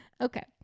okay